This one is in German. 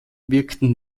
wirkten